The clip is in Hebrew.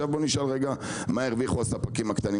נשאל רגע מה הרוויחו הספקים הקטנים?